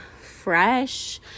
fresh